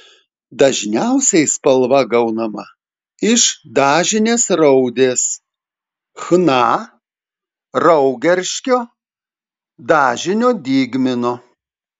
dažniausiai spalva gaunama iš dažinės raudės chna raugerškio dažinio dygmino